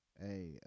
hey